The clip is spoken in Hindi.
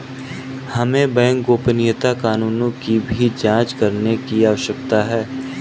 हमें बैंक गोपनीयता कानूनों की भी जांच करने की आवश्यकता है